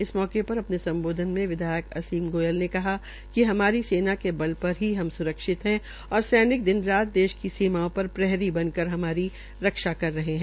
इस मौके र अ ने सम्बोधन में विधायक असीम गोयल ने कहा कि हमारी सेना के बल र ही हम सुरक्षित है और सैनिक दिन रात देश की सीमाओं र प्रहरी बनकर हमारी रक्षा कर रहे है